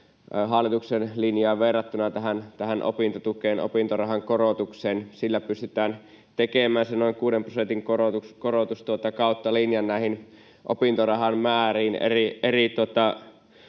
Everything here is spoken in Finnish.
hallituksen linjaan verrattuna tähän opintotukeen, opintorahan korotukseen. Sillä pystytään tekemään se noin kuuden prosentin korotus kautta linjan näihin opintorahan määriin